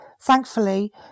thankfully